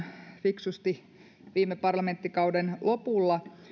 fiksusti viime parlamenttikauden lopulla